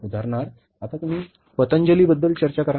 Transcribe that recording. उदाहरणार्थ आता तुम्ही पतंजलीबद्दल चर्चा करा